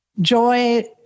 joy